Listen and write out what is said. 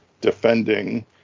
defending